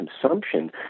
consumption